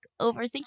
overthinking